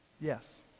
yes